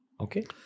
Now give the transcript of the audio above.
Okay